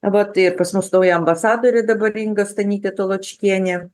vat ir pas mus nauja ambasadorė dabar inga stanytė toločkienė